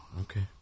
Okay